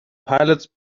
pilots